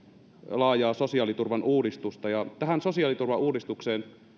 laajaa sosiaaliturvan uudistusta tähän sosiaaliturvauudistukseen